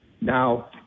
now